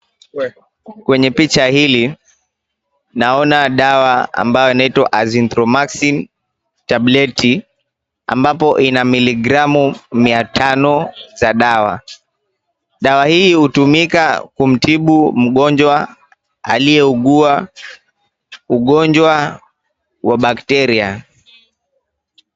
Kwenye picha hili naona dawa ambayo inaitwa azithromycin tableti ambapo ina miligramu mia tano za dawa. Dawa hii hutumika kumtibu mgonjwa aliyeugua ugonjwa 𝑤𝑎 bakteria .